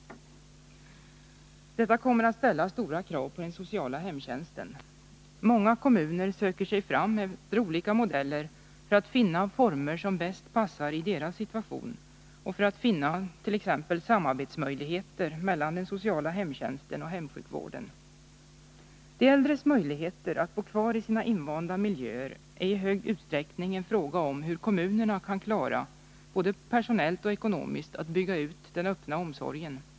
Detta kommer att ställa stora krav på den sociala hemtjänsten. Många kommuner söker sig fram efter olika modeller för att finna former som bäst passar i deras situation och för att finna t.ex. möjligheter till samarbete mellan hemtjänsten och hemsjukvården. De äldres möjligheter att bo kvar i sina invanda miljöer är i stor utsträckning en fråga om hur kommunerna kan klara att, både personellt och ekonomiskt, bygga ut den öppna omsorgen.